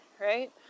right